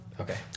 Okay